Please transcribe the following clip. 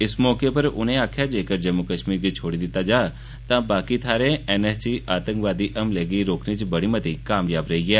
इस मौके उप्पर उनें आखेआ जेक्कर जम्मू कश्मीर गी छोड़ी दित्ता जा तां बाकी थाहरें एन एस जी आतंकवादी हमलें गी रोकने च बड़ी मती कामयाब रेई ऐ